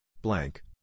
blank